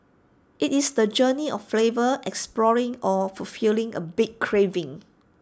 IT is the journey of flavor exploring or fulfilling A big craving